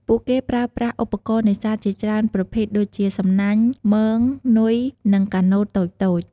ពួកគេប្រើប្រាស់ឧបករណ៍នេសាទជាច្រើនប្រភេទដូចជា សំណាញ់ មង នុយ និង កាណូតតូចៗ។